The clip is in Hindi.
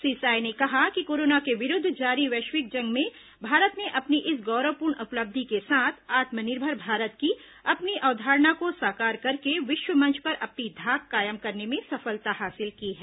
श्री साय ने कहा है कि कोरोना के विरूद्व जारी वैश्विक जंग में भारत ने अपनी इस गौरवपूर्ण उपलब्धि के साथ आत्मनिर्भर भारत की अपनी अवधारणा को साकार करके विश्व मंच पर अपनी धाक कायम करने में सफलता हासिल की है